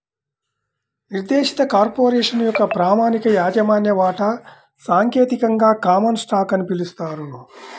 నిర్దేశిత కార్పొరేషన్ యొక్క ప్రామాణిక యాజమాన్య వాటా సాంకేతికంగా కామన్ స్టాక్ అని పిలుస్తారు